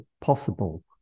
possible